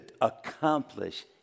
accomplish